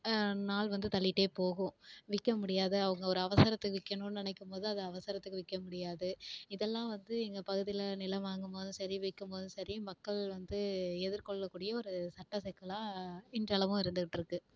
நாள் வந்து தள்ளிகிட்டே போகும் விற்க முடியாது அவங்க ஒரு அவசரத்துக்கு விற்கணுன்னு நினைக்கும் போது அது அவசரத்துக்கு விற்க முடியாது இதெல்லாம் வந்து எங்கள் பகுதியில் நிலம் வாங்கும் போதும் சரி விற்கும் போதும் சரி மக்கள் வந்து எதிர்கொள்ளக்கூடிய ஒரு சட்ட சிக்கலாக இன்றளவும் இருந்துக்கிட்டுருக்குது